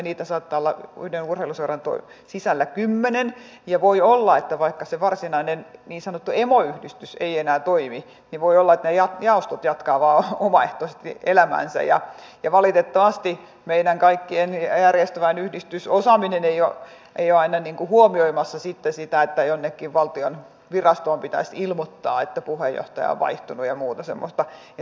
niitä saattaa olla yhden urheiluseuran sisällä kymmenen ja vaikka se varsinainen niin sanottu emoyhdistys ei enää toimi niin voi olla että ne jaostot jatkavat vain omaehtoisesti elämäänsä ja valitettavasti meidän kaikkien järjestöväen yhdistysosaaminen ei ole aina huomioimassa sitten sitä että jonnekin valtion virastoon pitäisi ilmoittaa että puheenjohtaja on vaihtunut ja muuta semmoista